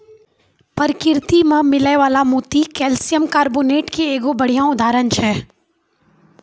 परकिरति में मिलै वला मोती कैलसियम कारबोनेट के एगो बढ़िया उदाहरण छै